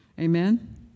Amen